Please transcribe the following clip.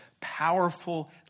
powerful